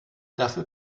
dafür